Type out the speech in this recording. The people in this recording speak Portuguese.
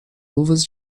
luvas